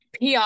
PR